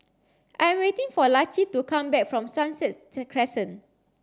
I am waiting for Laci to come back from Sunset Crescent